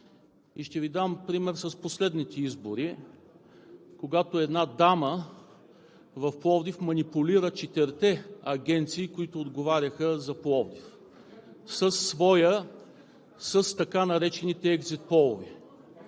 Ще Ви дам пример с последните избори, когато една дама в Пловдив манипулира четирите агенции, които отговаряха за Пловдив, с така наречения екзит пол.